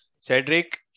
Cedric